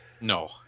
No